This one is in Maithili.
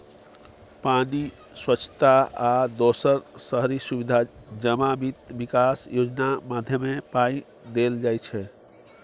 पानि, स्वच्छता आ दोसर शहरी सुबिधा जमा बित्त बिकास योजना माध्यमे पाइ देल जाइ छै